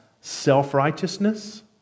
self-righteousness